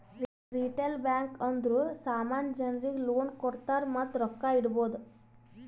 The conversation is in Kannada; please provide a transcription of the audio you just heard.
ರಿಟೇಲ್ ಬ್ಯಾಂಕ್ ಅಂದುರ್ ಸಾಮಾನ್ಯ ಜನರಿಗ್ ಲೋನ್ ಕೊಡ್ತಾರ್ ಮತ್ತ ರೊಕ್ಕಾ ಇಡ್ಬೋದ್